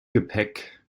gepäck